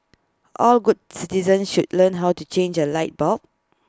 all good citizens should learn how to change A light bulb